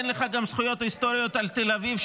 אין לך גם זכויות היסטוריות על תל אביב,